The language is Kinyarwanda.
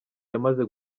yamaze